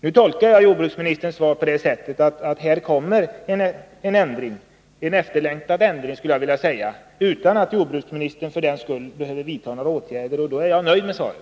Nu tolkar jag jordbruksministerns svar på det sättet att det kommer att bli en ändring, en efterlängtad ändring skulle jag vilja säga, utan att jordbruksministern för den skull behöver vidta några åtgärder, och då är jag nöjd med svaret.